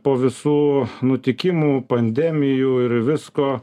po visų nutikimų pandemijų ir visko